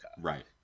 Right